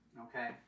okay